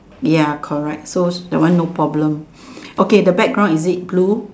ya correct so that one no problem okay the background is it blue